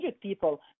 people